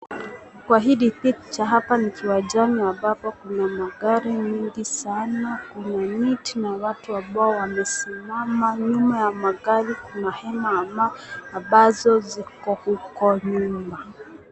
Kwa hili picha, hapa ni kiwanjani ambapo kuna magari nyingi sana, kuna miti na watu ambao wamesimama, nyuma ya gari kuna hema ambazo ziko huko nyuma.